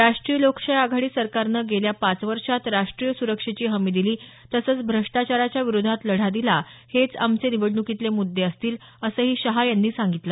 राष्ट्रीय लोकशाही आघाडी सरकारनं गेल्या पाच वर्षात राष्ट्रीय सुरक्षेची हमी दिली तसंच भ्रष्टाचाराच्या विरोधात लढ दिला हेच आमचे निवडणुकीतले मुद्दे असतील असंही शहा यांनी सांगितलं